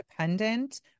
independent